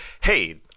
Hey